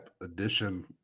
edition